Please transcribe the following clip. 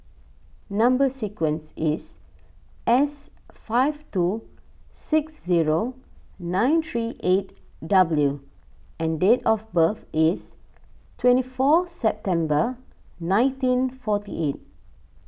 Number Sequence is S five two six zero nine three eight W and date of birth is twenty four September nineteen forty eight